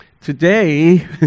Today